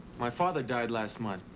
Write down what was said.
my father died last month.